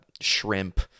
shrimp